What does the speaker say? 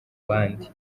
bandi